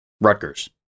Rutgers